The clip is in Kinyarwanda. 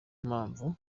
mpamvu